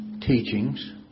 teachings